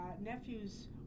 nephew's